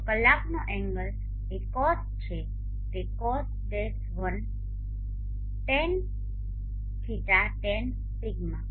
તો કલાકનો એંગલ એ Cos છે તે Cos 1 - tan ϕ tan 𝛿